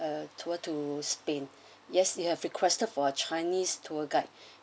a tour to spain yes you have requested for chinese tour guide